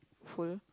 full